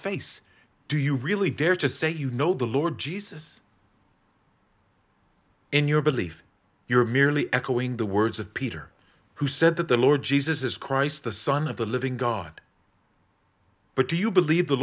face do you really dare to say you know the lord jesus in your belief you're merely echoing the words of peter who said that the lord jesus christ the son of the living god but do you believe the